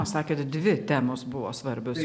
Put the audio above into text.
sakėt dvi temos buvo svarbios